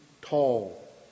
tall